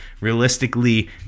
realistically